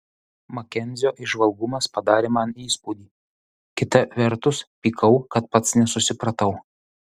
makenzio įžvalgumas padarė man įspūdį kita vertus pykau kad pats nesusipratau